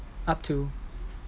up to